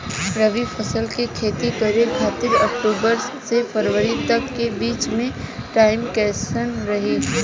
रबी फसल के खेती करे खातिर अक्तूबर से फरवरी तक के बीच मे टाइम कैसन रही?